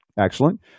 Excellent